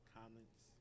comments